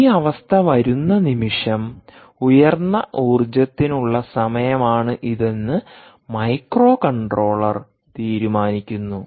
ഈ അവസ്ഥ വരുന്ന നിമിഷം ഉയർന്ന ഊർജ്ജത്തിനുള്ള സമയമാണിതെന്ന് മൈക്രോകൺട്രോളർ തീരുമാനിക്കുന്നു